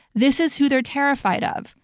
this is who they're terrified of.